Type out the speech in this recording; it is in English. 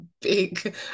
big